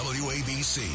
wabc